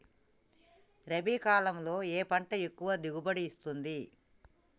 రబీ కాలంలో ఏ పంట ఎక్కువ దిగుబడి ఇస్తుంది?